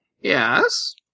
Yes